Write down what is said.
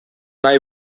nahi